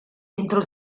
entro